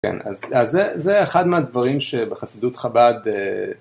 כן, אז זה אחד מהדברים שבחסידות חב"ד...